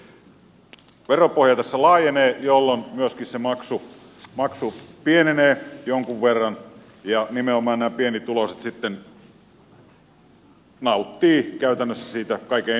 eli veropohja tässä laajenee jolloin myöskin se maksu pienenee jonkun verran ja nimenomaan nämä pienituloiset sitten nauttivat käytännössä siitä kaikkein eniten